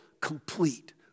complete